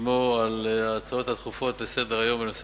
בשמו על ההצעות הדחופות לסדר-היום בנושא